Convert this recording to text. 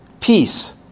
Peace